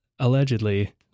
Allegedly